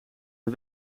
een